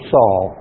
Saul